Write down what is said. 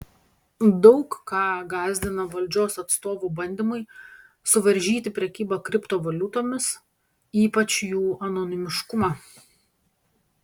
daug ką gąsdina valdžios atstovų bandymai suvaržyti prekybą kriptovaliutomis ypač jų anonimiškumą